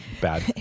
bad